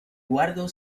guardó